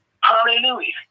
Hallelujah